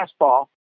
fastball